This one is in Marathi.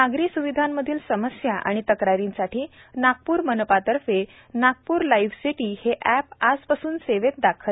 नागरी स्विधांमधील समस्या आणि तक्रारींसाठी नागप्र मानपतर्फे नागपूर लाईव्ह सिटी हे अॅप आज पासून सेवेत दाखल